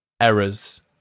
errors